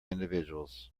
individuals